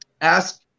Ask